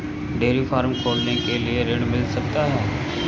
Dairy farm खोलने के लिए ऋण मिल सकता है?